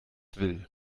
will